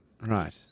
right